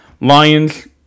Lions